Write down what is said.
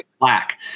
black